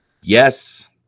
Yes